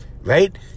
right